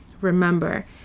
remember